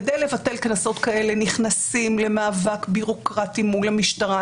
כדי לבטל קנסות כאלה נכנסים למאבק ביורוקרטי מול המשטרה.